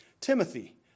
Timothy